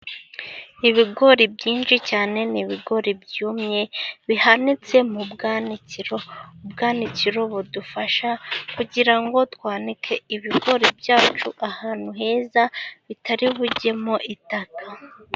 Ibigori byinshi cyane ni ibigori byumye bihanitse mu bwanikiro. Ubwanikiro budufasha kugira ngo twanike ibigori byacu ahantu heza, bitari bujyemo itaka.